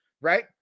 right